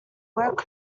work